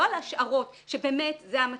לא על השערות שבאמת זה המצב.